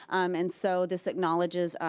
and so this acknowledges,